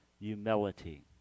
humility